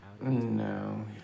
No